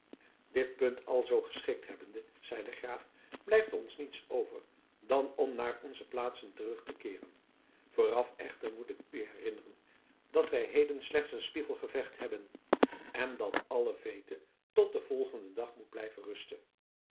dit punt alzoo geschikt hebbende zeide de graaf blijft ons niets over dan om naar onze plaatsen terug te keeren vooraf echter moet ik u herinneren dat wij heden slechts een spiegelgevecht hebben en dat alle veete tot den volgenden dag moet blijven rusten